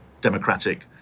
democratic